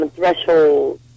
Threshold